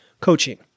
coaching